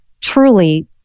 truly